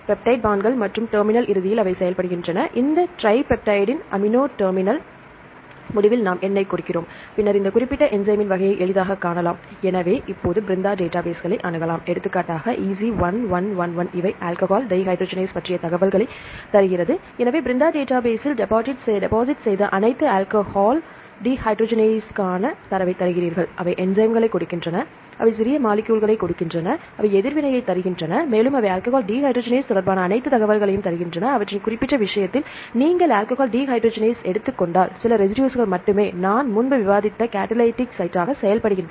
peptide பாண்ட்கள் மற்றும் terminal இறுதியில் அவை செயல்படுகின்றன செயல்படுகின்றன